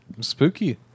Spooky